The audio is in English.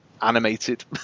animated